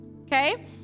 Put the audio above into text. okay